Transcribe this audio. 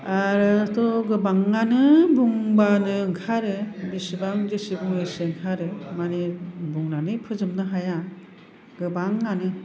आरोथ' गोबाङानो बुंबानो ओंखारो बेसेबां जेसे बुङो ओंखारो माने बुंनानै फोजोबनो हाया गोबांआनो